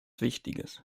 wichtiges